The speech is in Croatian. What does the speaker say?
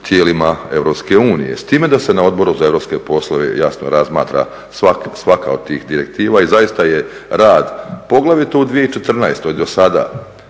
tijelima EU. S time da se na Odboru za europske poslove jasno razmatra svaka od tih direktiva i zaista je rad, poglavito u 2014. dosada,